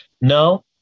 No